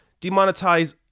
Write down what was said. demonetize